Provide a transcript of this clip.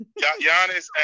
Giannis